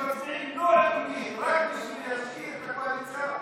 שמצביעים לא עקרונית רק בשביל להשאיר את הקואליציה.